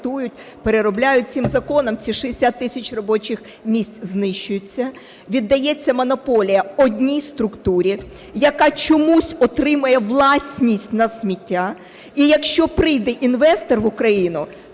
переробляють, цим законом ці 60 тисяч робочих місць знищуються, віддається монополія одній структурі, яка чомусь отримає власність на сміття. І якщо прийде інвестор в Україну,